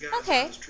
Okay